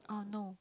uh no